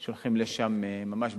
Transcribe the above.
שהולכים לשם ממש בחופשות,